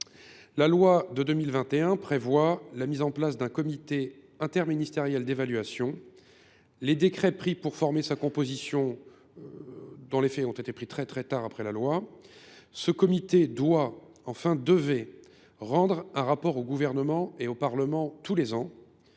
l’état de santé prévoit la mise en place d’un comité interministériel d’évaluation. Les décrets nécessaires pour former sa composition ont été pris très tardivement. Ce comité doit, ou plutôt devait, rendre un rapport au Gouvernement et au Parlement tous les ans.